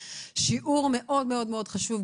שיעור מאוד מאוד חשוב,